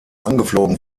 angeflogen